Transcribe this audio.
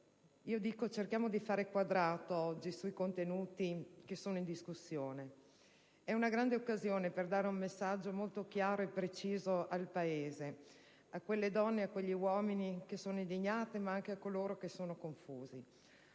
Ministro, cerchiamo di fare quadrato oggi sui contenuti in discussione. È una grande occasione per dare un messaggio molto chiaro e preciso al Paese, a quelle donne e a quegli uomini indignati, ma anche a coloro che sono confusi.